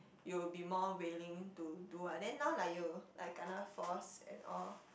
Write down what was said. you will be more willing to do ah then now like you like kena force and all